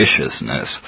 viciousness